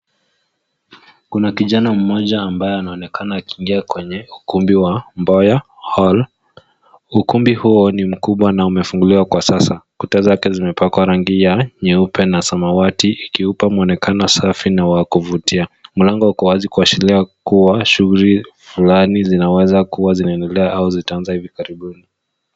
Kuna kijana mmoja ambaye anaonekana akiingia kwenye ukumbi wa Mboya hall. Ukumbi huo ni kubwa na umefunguliwa kwa sasa. Kuta zake zimepakwa rangi ya nyeupe na samawati, ikiupa mwonekana safi na wa kuvutia. Mlango uko wazi kuashiria kuwa, shughuli fulani zinaweza kuwa zinaendelea au zitaanza hivi karibuni.